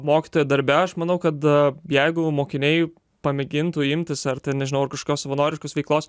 mokytojo darbe aš manau kad jeigu mokiniai pamėgintų imtis ar ten nežinau ar kažkokios savanoriškos veiklos